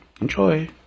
Enjoy